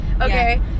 Okay